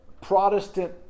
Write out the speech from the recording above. Protestant